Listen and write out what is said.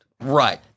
Right